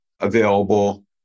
available